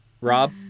Rob